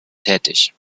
tätig